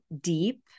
deep